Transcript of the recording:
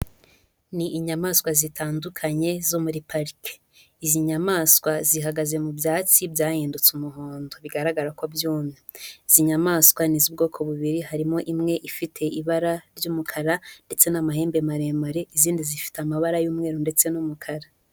Ni inyamaswa zitandukanye zo muri parike, izi nyamaswa zihagaze mu byatsi byahindutse umuhondo bigaragara ko byumye, izi nyamaswa n'iz'ubwoko bubiri, harimo imwe ifite ibara ry'umukara ndetse n'amahembe maremare izindi zifite amabara y'umweru ndetse n'umukara.